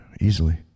easily